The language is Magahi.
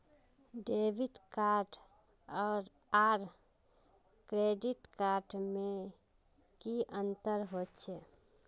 डेबिट कार्ड आर क्रेडिट कार्ड में की अंतर होचे?